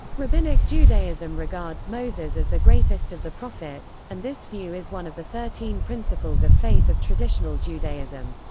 rabbinic judaism regards moses as the greatest of the prophets, and this view is one of the thirteen principles of faith of traditional judaism.